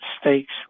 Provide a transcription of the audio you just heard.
stakes